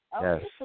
Yes